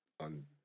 on